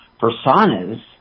personas